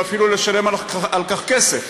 ואפילו לשלם על כך כסף,